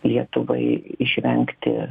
lietuvai išvengti